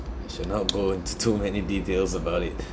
we should not go into too many details about it